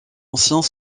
anciens